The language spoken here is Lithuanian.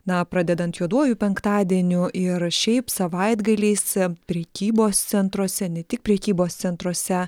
na pradedant juoduoju penktadieniu ir šiaip savaitgaliais prekybos centruose ne tik prekybos centruose